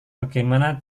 bagaimana